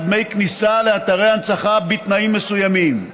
דמי כניסה לאתרי הנצחה בתנאים מסוימים.